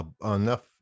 enough